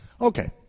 Okay